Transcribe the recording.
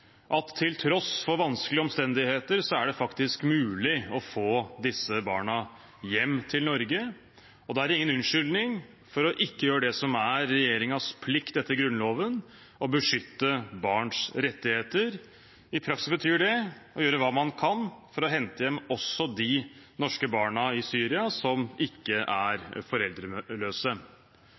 ting: Til tross for vanskelige omstendigheter er det faktisk mulig å få disse barna hjem til Norge. Da er det ingen unnskyldning for ikke å gjøre det som er regjeringens plikt etter Grunnloven: å beskytte barns rettigheter. I praksis betyr det å gjøre hva man kan for å hente hjem også de norske barna i Syria som ikke er foreldreløse.